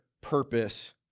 purpose